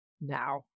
now